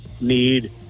need